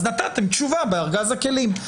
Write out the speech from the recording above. אז נתתם תשובה בארגז הכלים.